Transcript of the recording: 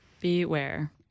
Beware